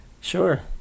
Sure